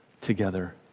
together